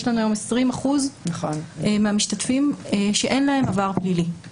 יש לנו היום 20% מהמשתתפים שאין להם עבר פלילי,